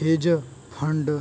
hedge fund